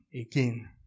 Again